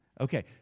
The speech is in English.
Okay